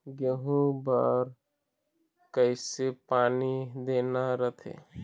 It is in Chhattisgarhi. गेहूं बर कइसे पानी देना रथे?